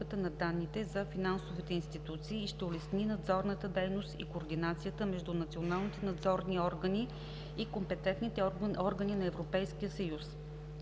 на данните за финансовите институции и ще улесни надзорната дейност и координацията между националните надзорни органи и компетентните органи на Европейския съюз.